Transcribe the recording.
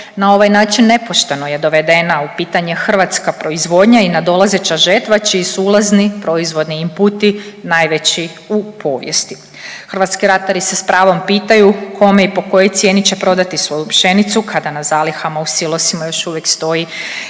Na ovaj način nepošteno je dovedena u pitanje hrvatska proizvodnja i nadolazeća žetva čiji su ulazni proizvodni inputi najveći u povijesti. Hrvatski ratari se s pravom pitaju kome i po kojoj cijeni će prodati svoju pšenicu kada na zalihama u silosima još uvijek stoji